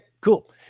cool